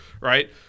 right